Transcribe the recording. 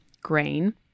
grain